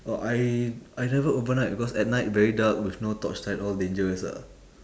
oh I I never overnight because at night very dark with no torchlight all dangerous ah